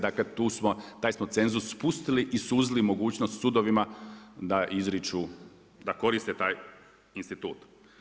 Dakle, taj smo cenzus spustili i suzili mogućnost sudovima da izriču, da koriste taj institut.